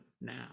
now